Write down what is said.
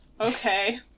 Okay